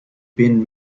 been